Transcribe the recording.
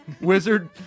wizard